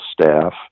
staff